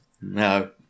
No